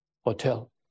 Hotel